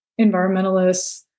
environmentalists